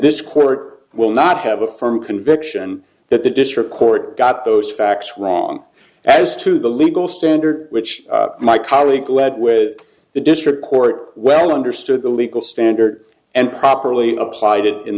this court will not have a firm conviction that the district court got those facts wrong as to the legal standard which my colleague led with the district court well understood the legal standard and properly applied it in